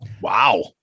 Wow